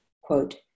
Quote